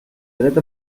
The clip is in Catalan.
dret